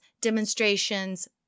demonstrations